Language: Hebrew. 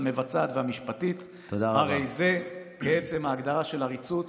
המבצעת והמשפטית הרי זה כעצם ההגדרה של עריצות".